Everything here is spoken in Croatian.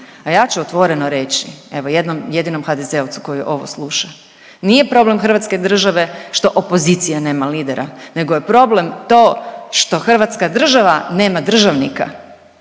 A ja ću otvoreno reći, evo jednom jedinom HDZ-ovcu koji ovo sluša. Nije problem hrvatske države što opozicija nema lidera, nego je problem to što Hrvatska država nema državnika,